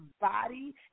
body